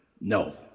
No